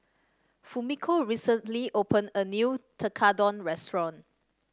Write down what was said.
Fumiko recently opened a new Tekkadon restaurant